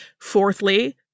Fourthly